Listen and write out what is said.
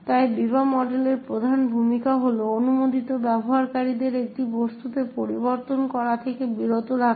তাই বিবা মডেলের প্রধান ভূমিকা হল অননুমোদিত ব্যবহারকারীদের একটি বস্তুতে পরিবর্তন করা থেকে বিরত রাখা